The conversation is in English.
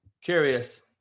curious